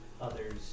others